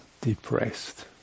depressed